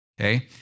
okay